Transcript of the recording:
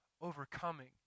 overcoming